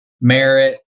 merit